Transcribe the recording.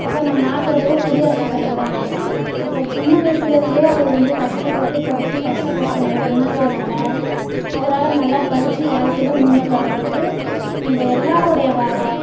அப்போ நம் நாட்டோடைய குடியரசுத் தலைவரானார் அப்போ சின்ன வயசுலருந்தே அவர் வந்து கஷ்டப்பட்டு படிச்சு கஷ்ட நஷ்டங்களை உணர்ந்ததனால் அவரால் நல்லா படிச்சு வாழ்க்கையில் முன்னுக்கு வர முடியுது நம்ப எல்லாருடைய வா வா